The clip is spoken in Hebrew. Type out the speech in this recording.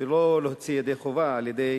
ולא לצאת ידי חובה על-ידי